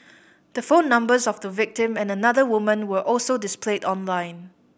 the phone numbers of the victim and another woman were also displayed online